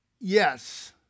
yes